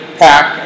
pack